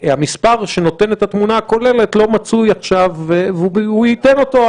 המס' שנותן את התמונה הכוללת לא מצוי עכשיו והוא ייתן אותו.